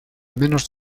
menos